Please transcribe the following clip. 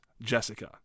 Jessica